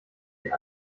wie